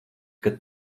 kad